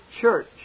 church